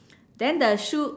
then the shoe